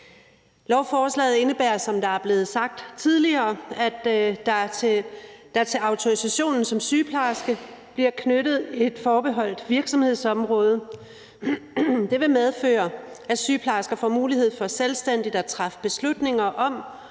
Lovforslaget indebærer, som det er blevet sagt tidligere, at der til autorisationen som sygeplejerske bliver knyttet et forbeholdt virksomhedsområde. Det vil medføre, at sygeplejersker får mulighed for selvstændigt at træffe beslutninger om